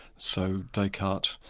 so descartes,